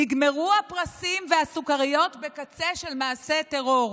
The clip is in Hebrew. נגמרו הפרסים והסוכריות בקצה של מעשה טרור.